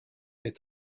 est